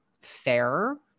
fair